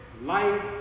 life